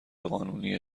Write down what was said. قانونیه